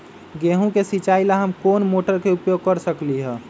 गेंहू के सिचाई ला हम कोंन मोटर के उपयोग कर सकली ह?